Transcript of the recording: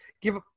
give